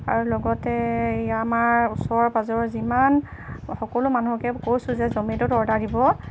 আৰু লগতে আমাৰ ওচৰ পাঁজৰৰ যিমান সকলো মানুহকে কৈছোঁ যে জ'মেটত অৰ্ডাৰ দিব